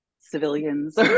civilians